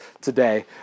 today